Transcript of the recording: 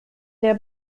der